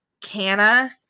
canna